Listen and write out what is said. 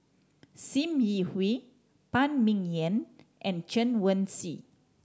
Sim Yi Hui Phan Ming Yen and Chen Wen Hsi